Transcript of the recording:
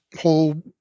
whole